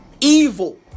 Evil